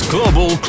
Global